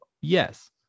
Yes